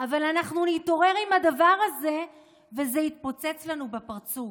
אבל אנחנו נתעורר עם הדבר הזה וזה יתפוצץ לנו בפרצוף.